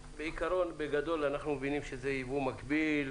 בעיקרון, בגדול, אנחנו מבינים שזה ייבוא מקביל,